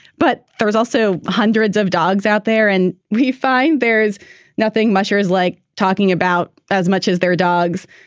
but there's also hundreds of dogs out there and we find there's nothing mushers like talking about as much as their dogs.